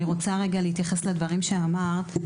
אני רוצה להתייחס לדברים שאמרת.